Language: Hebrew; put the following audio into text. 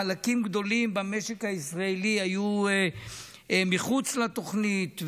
חלקים גדולים במשק הישראלי היו מחוץ לתוכנית,